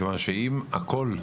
מכיוון שאם הכול,